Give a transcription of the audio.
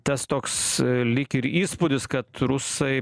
tas toks lyg ir įspūdis kad rusai